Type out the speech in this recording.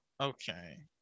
Okay